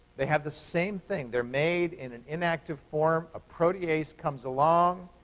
they have the same thing. they're made in an inactive form. a protease comes along,